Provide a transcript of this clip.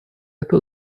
это